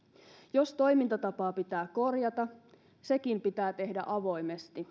jos toimintatapaa pitää korjata sekin pitää tehdä avoimesti